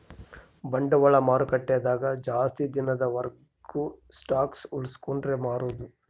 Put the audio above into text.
ಬಂಡವಾಳ ಮಾರುಕಟ್ಟೆ ದಾಗ ಜಾಸ್ತಿ ದಿನದ ವರ್ಗು ಸ್ಟಾಕ್ಷ್ ಉಳ್ಸ್ಕೊಂಡ್ ಮಾರೊದು